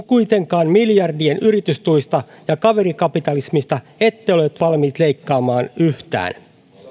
kuitenkaan miljardien yritystuista ja kaverikapitalismista ette olleet valmiit leikkaamaan yhtään